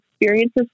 experiences